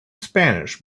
spanish